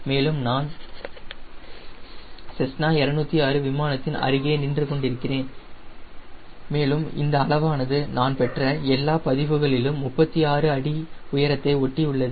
மேலும் நான் செஸ்னா 206 விமானத்தின் அருகே நின்று கொண்டிருக்கிறேன் மேலும் இந்த அளவானது நான் பெற்ற எல்லா பதிவுகளிலும் 36 அடி உயரத்தை ஒட்டி உள்ளது